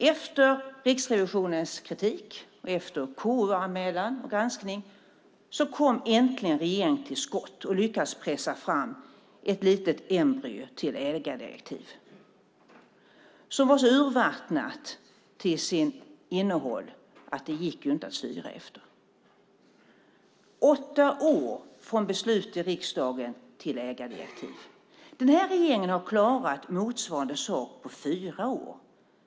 Efter Riksrevisionens kritik och efter KU-granskning kom äntligen regeringen till skott och lyckades pressa fram ett litet embryo till ägardirektiv, som var så urvattnat till sitt innehåll att det inte gick att styra efter det. Det tog åtta år från beslut i riksdagen till ägardirektiv. Den här regeringen har klarat motsvarande sak på fyra år.